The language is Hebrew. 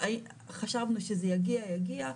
הסיבה שחשבנו שזה יגיע - יגיע.